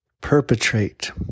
perpetrate